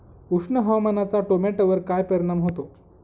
उष्ण हवामानाचा टोमॅटोवर काय परिणाम होतो?